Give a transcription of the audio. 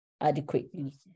adequately